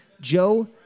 Joe